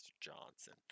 Johnson